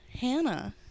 Hannah